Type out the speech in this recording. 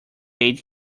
aid